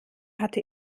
hatte